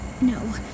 No